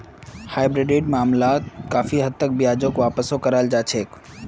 हाइब्रिडेर मामलात काफी मात्रात ब्याजक वापसो कराल जा छेक